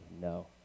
no